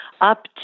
up